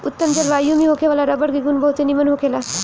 उत्तम जलवायु में होखे वाला रबर के गुण बहुते निमन होखेला